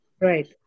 right